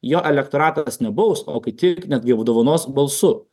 jo elektoratas nebaustų o kai tik netgi apdovanos balsu